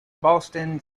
boston